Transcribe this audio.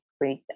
great